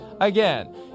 again